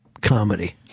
Comedy